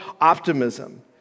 optimism